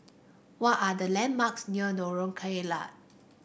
what are the landmarks near Lorong Kilat